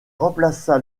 remplaça